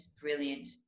brilliant